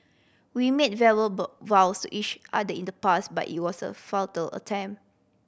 we made vows each other in the past but it was a futile attempt